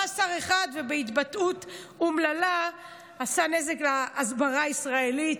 בא שר אחד ובהתבטאות אומללה עשה נזק להסברה הישראלית,